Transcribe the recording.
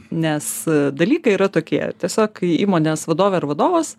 nes dalykai yra tokie tiesiog kai įmonės vadovė ar vadovas